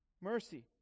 mercy